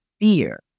fear